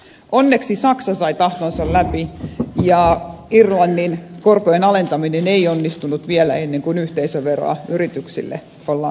onneksi saksa sai tahtonsa läpi ja irlannin korkojen alentaminen ei onnistunut vielä ennen kuin yhteisöveroa yrityksille ollaan nostamassa